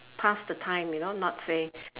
pass the time you know not say